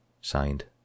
Signed